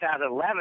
2011